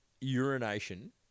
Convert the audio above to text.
urination